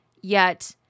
yet-